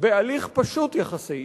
בהליך פשוט יחסית.